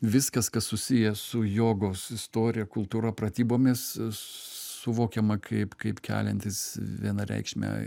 viskas kas susiję su jogos istorija kultūra pratybomis suvokiama kaip kaip keliantis vienareikšmę